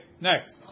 Next